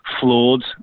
flawed